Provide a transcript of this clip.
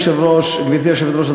גברתי היושבת-ראש,